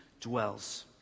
dwells